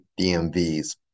DMVs